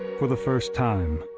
for the first time,